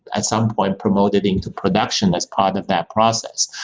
at some point, promoted into production as part of that process.